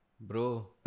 Bro